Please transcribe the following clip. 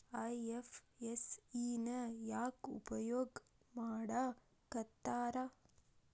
IFSC ನ ಯಾಕ್ ಉಪಯೊಗ್ ಮಾಡಾಕತ್ತಾರ?